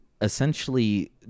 essentially